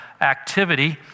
activity